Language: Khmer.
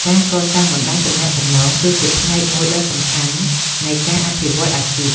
ការកសាង បណ្តាញទំនាក់ទំនង គឺជាផ្នែកមួយដ៏សំខាន់នៃការអភិវឌ្ឍន៍អាជីព។